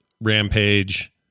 Rampage